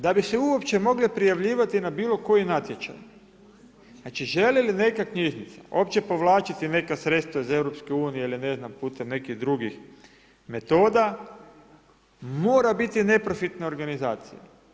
Da bi se uopće mogle prijavljivati na bilo koji natječaj, znači želi li neka knjižnica uopće povlačiti neka sredstva iz EU ili ne znam putem nekih drugih metoda mora biti neprofitna organizacija.